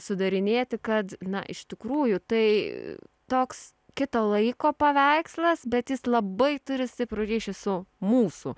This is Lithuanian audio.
sudarinėti kad na iš tikrųjų tai toks kito laiko paveikslas bet jis labai turi stiprų ryšį su mūsų